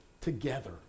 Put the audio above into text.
together